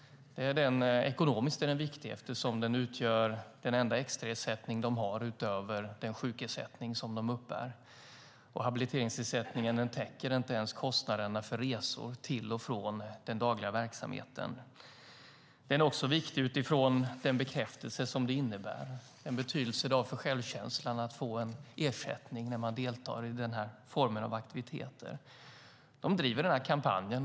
Ekonomiskt är den viktig eftersom den utgör den enda extraersättning de har utöver den sjukersättning som de uppbär. Habiliteringsersättningen täcker inte ens kostnaderna för resor till och från den dagliga verksamheten. Den är också viktig utifrån den bekräftelse som det innebär och den betydelse det har för självkänslan att få en ersättning när man deltar i den här formen av aktiviteter. De driver den här kampanjen.